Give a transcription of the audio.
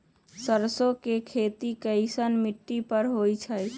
सरसों के खेती कैसन मिट्टी पर होई छाई?